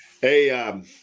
Hey